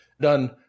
done